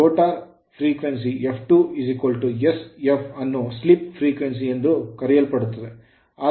rotor ಆವರ್ತನ f2 sf ಅನ್ನು slip frequency ಎಂದು ಕರೆಯಲಾಗುತ್ತದೆ